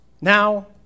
Now